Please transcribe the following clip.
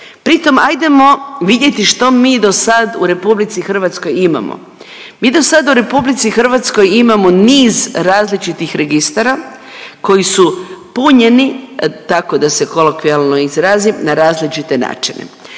Pri tom ajdemo vidjeti što mi do sad u RH imamo. Mi do sad u RH imamo niz različitih registara koji su punjeni tako da se kolokvijalno izrazim, na različite načine.